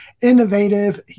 innovative